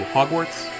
Hogwarts